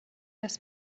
dass